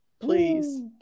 Please